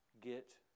get